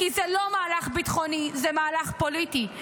כי זה לא מהלך ביטחוני, זה מהלך פוליטי.